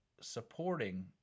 supporting